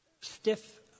stiff